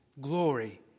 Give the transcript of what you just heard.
glory